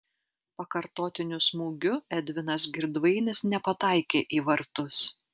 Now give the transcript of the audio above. pakartotiniu smūgiu edvinas girdvainis nepataikė į vartus